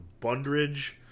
Bundridge